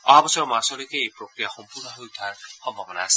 অহা বছৰৰ মাৰ্চলৈকে এই প্ৰক্ৰিয়া সম্পূৰ্ণ হৈ উঠাৰ সম্ভাৱনা আছে